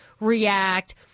react